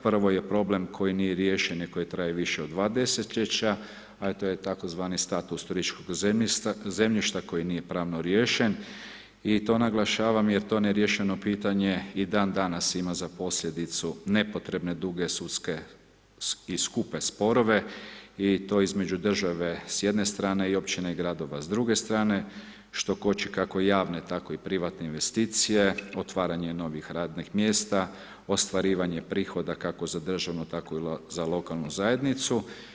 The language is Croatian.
Prvo je problem koji nije riješen i koji traje više od 2 desetljeća, a to je tzv. status turističkog zemljišta, koji nije pravno riješen, i to naglašavam jer to neriješeno pitanje i dan danas ima za posljedicu nepotrebne duge sudske i skupe sporove i to između države s jedne strane i općine i gradova s druge strane, što koči, kako javne, tako i privatne investicije, otvaranje novih radnih mjesta, ostvarivanje prihoda, kako za državnu, tako i za lokalnu zajednicu.